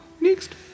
Next